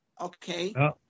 okay